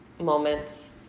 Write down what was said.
moments